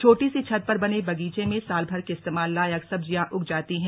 छोटी सी छत पर बने बगीचे में साल भर के इस्तेमाल लायक सब्जियां उग जाती हैं